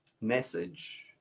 message